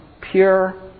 Pure